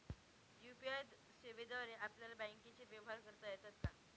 UPI सेवेद्वारे आपल्याला बँकचे व्यवहार करता येतात का?